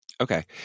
Okay